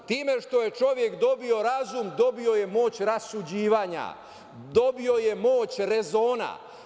Time što je čovek dobio razum dobio je moć rasuđivanja, dobio je moć rezona.